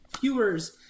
viewers